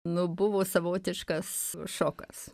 nu buvo savotiškas šokas